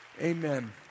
Amen